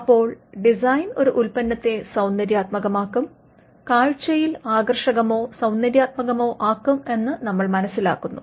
അപ്പോൾ ഡിസൈൻ ഒരു ഉൽപ്പന്നത്തെ സൌന്ദര്യാത്മകമാക്കും കാഴ്ചയിൽ ആകർഷകമോ സൌന്ദര്യാത്മകമോ ആക്കും എന്ന്നമ്മൾ മനസിലാക്കുന്നു